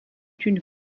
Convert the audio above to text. une